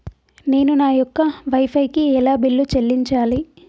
నేను నా యొక్క వై ఫై కి ఎలా బిల్లు చెల్లించాలి?